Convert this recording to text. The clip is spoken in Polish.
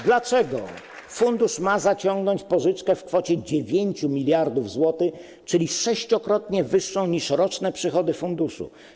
Dlaczego fundusz ma zaciągnąć pożyczkę w kwocie 9 mld zł, czyli sześciokrotnie wyższą niż roczne przychody funduszu?